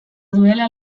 duela